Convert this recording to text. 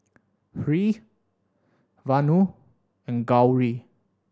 Hri Vanu and Gauri